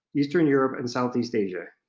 eastern europe, and southeast asia.